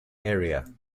area